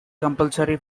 compulsory